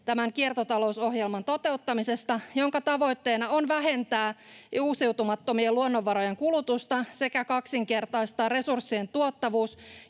tämän kiertotalousohjelman toteuttamisesta, jonka tavoitteena on vähentää uusiutumattomien luonnonvarojen kulutusta sekä kaksinkertaistaa resurssien tuottavuus